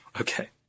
Okay